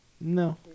No